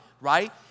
right